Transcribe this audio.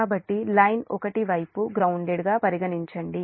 కాబట్టి line 1 Y grounded గా పరిగణించండి